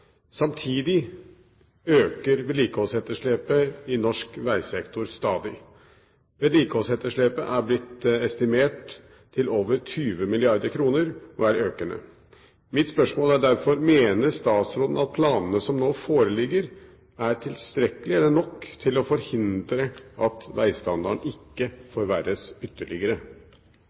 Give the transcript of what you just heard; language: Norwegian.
Samtidig øker vedlikeholdsetterslepet i norsk vegsektor stadig. Vedlikeholdsetterslepet har blitt estimert til over 20 mrd. kr og er økende. Mener statsråden at planene som nå foreligger, er nok til å forhindre at vegstandarden ikke forverres ytterligere?»